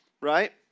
right